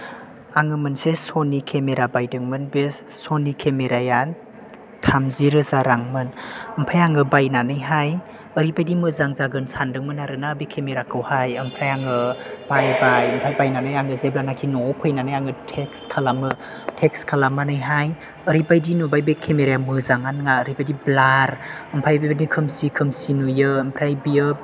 आङो मोनसे सनि केमेरा बायदोंमोन बे सनि केमेराया थामजि रोजा रांमोन ओमफ्राय आं बायनानैहाय ओरैबादि मोजां जागोन सानदोंमोन आरोना बे केमेराखौहाय ओमफ्राय आं बायबाय ओमफ्राय बायनानै आं जेब्लानोखि न'आव फैनानै आं टेस्ट खालामो टेस्ट खालामनानैहाय ओरैबायदि नुबाय बे केमेराया मोजाङानो नङा ओरैबादि ब्लार ओमफ्राय बेबादि खोमसि खोमसि नुयो ओमफ्राय बियो